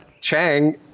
Chang